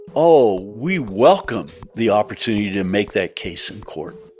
oh, we welcome the opportunity to make that case in court,